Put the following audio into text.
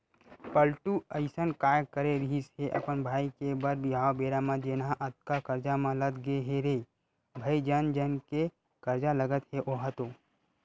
पलटू अइसन काय करे रिहिस हे अपन भाई के बर बिहाव बेरा म जेनहा अतका करजा म लद गे हे रे भई जन जन के करजा लगत हे ओहा तो